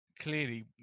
clearly